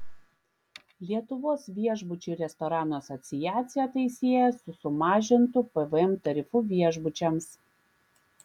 lietuvos viešbučių ir restoranų asociacija tai sieja su sumažintu pvm tarifu viešbučiams